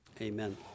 Amen